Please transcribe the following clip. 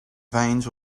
veins